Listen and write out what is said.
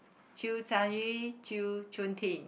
Chew-Chan-Yu Chew-Chun-Ting